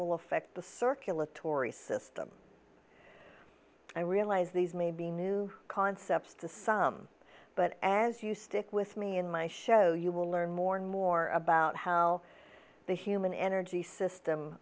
will affect the circulatory system i realize these may be new concepts to some but as you stick with me in my show you will learn more and more about how the human energy system